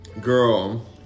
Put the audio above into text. Girl